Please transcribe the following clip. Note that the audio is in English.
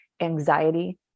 anxiety